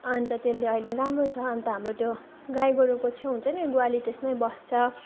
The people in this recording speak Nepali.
अन्त त्यसले अहिले राम्रो छ अन्त हाम्रो त्यो गाई गोरुको छेउ हुन्छ नि गुवाली त्यसमै बस्छ